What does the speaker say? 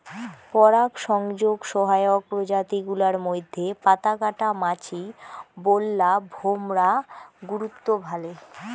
পরাগসংযোগ সহায়ক প্রজাতি গুলার মইধ্যে পাতাকাটা মাছি, বোল্লা, ভোমরা গুরুত্ব ভালে